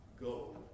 go